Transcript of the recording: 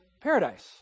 paradise